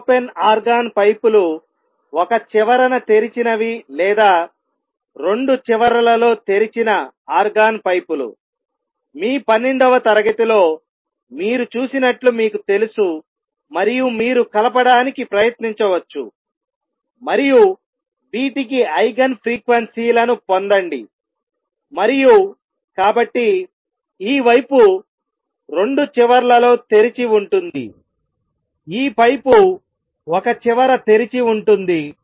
ఈ open organ పైపులు ఒక చివరన తెరిచినవి లేదా 2 చివరలలో తెరిచిన ఆర్గాన్ పైపులు మీ పన్నెండవ తరగతిలో మీరు చూసినట్లు మీకు తెలుసు మరియు మీరు కలపడానికి ప్రయత్నించవచ్చు మరియు వీటికి ఐగెన్ ఫ్రీక్వెన్సీ లను పొందండి మరియు కాబట్టి ఈ పైపు 2 చివర్లలో తెరిచి ఉంటుందిఈ పైపు ఒక చివర తెరిచి ఉంటుంది